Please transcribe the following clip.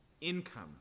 income